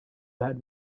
had